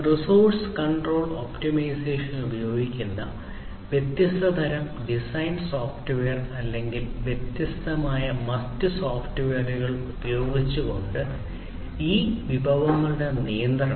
resource control ഒപ്റ്റിമൈസേഷനായി ഉപയോഗിക്കുന്ന വ്യത്യസ്ത കസ്റ്റം ഡിസൈൻ സോഫ്റ്റ്വെയർ അല്ലെങ്കിൽ വ്യത്യസ്തമായ മറ്റ് സോഫ്റ്റ്വെയറുകൾ ഉപയോഗിച്ചുകൊണ്ട് ഈ വിഭവങ്ങളുടെ നിയന്ത്രണം